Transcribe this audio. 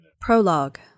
Prologue